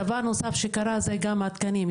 דבר נוסף, שקרה זה גם התקנים.